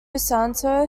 santo